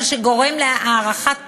מה שגורם להארכת תורים.